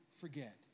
forget